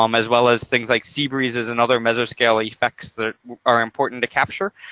um as well as things like sea breezes and other mesoscale effects that are important to capture.